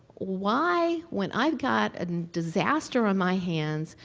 why, when i got a disaster on my hands,